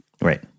Right